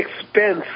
expense